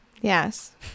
Yes